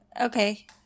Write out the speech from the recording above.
Okay